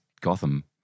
Gotham